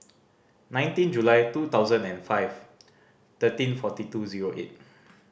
nineteen July two thousand and five thirteen forty two zero eight